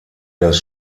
das